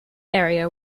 area